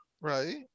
right